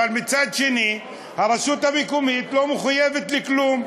אבל מצד שני הרשות המקומית לא מחויבת לכלום,